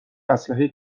اسلحه